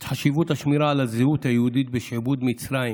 את חשיבות השמירה על הזהות היהודית בשעבוד מצרים